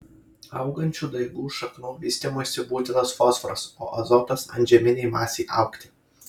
augančių daigų šaknų vystymuisi būtinas fosforas o azotas antžeminei masei augti